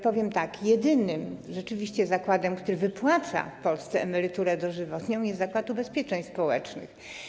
Powiem więc tak: jedynym rzeczywiście zakładem, który wypłaca w Polsce emeryturę dożywotnią, jest Zakład Ubezpieczeń Społecznych.